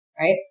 right